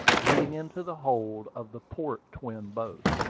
leading into the hold of the port twin boat.